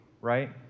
right